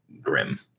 grim